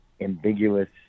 ambiguous